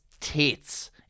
tits